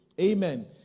Amen